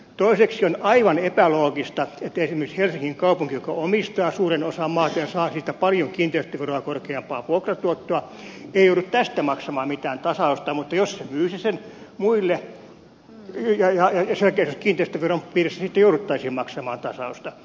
toiseksi on aivan epäloogista että esimerkiksi helsingin kaupunki joka omistaa suuren osan maata ja saa siitä paljon kiinteistöveroa korkeampaa vuokratuottoa ei joudu tästä maksamaan mitään tasausta mutta jos se myisi sen muille sen jälkeen se olisi kiinteistöveron piirissä ja siitä jouduttaisiin maksamaan tasausta